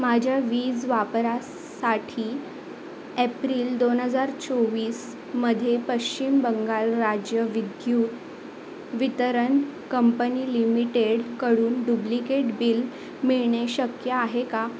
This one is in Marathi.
माझ्या वीज वापरासाठी एप्रिल दोन हजार चोवीसमध्ये पश्चिम बंगाल राज्य विद्युत वितरण कंपनी लिमिटेडकडून डुब्लीकेट बिल मिळणे शक्य आहे का